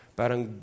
parang